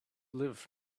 live